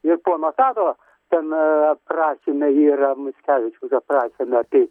ir pono tado ten aprašyme yra mickevičiaus aprašyme tai